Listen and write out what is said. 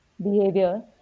behavior